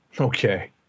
Okay